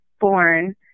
born